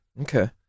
Okay